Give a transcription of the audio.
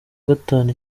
gatanu